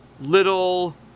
little